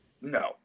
No